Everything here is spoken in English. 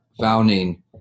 founding